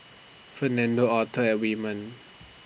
Fernando Author and Wyman